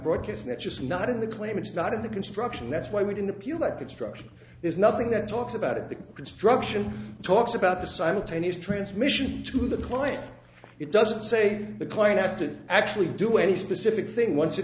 broadcasting that's just not in the claim it's not in the construction that's why we didn't appeal that construction there's nothing that talks about it the construction talks about the simultaneous transmission to the client it doesn't say the client has to actually do any specific thing once